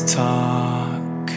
talk